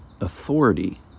authority